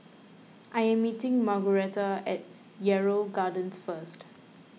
I am meeting Margueritta at Yarrow Gardens first